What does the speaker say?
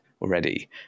already